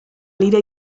lira